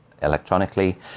electronically